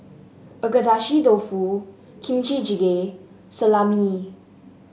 Agedashi Dofu Kimchi Jjigae Salami